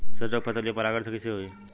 सरसो के फसलिया परागण से कईसे होई?